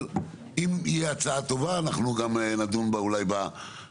אבל אם תהיה הצעה טובה אנחנו גם נדון בה אולי בפיצול,